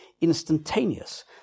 instantaneous